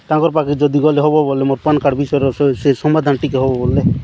ତାଙ୍କର ପାଖେ ଯଦି ଗଲେ ହେବ ବଲେ ମୋ ପାନ୍ କାର୍ଡ଼୍ ବିଷୟରେ ସେ ସମାଧାନ ଟିକିଏ ହେବ ବଲେ